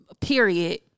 period